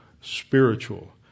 spiritual